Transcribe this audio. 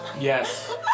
Yes